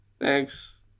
thanks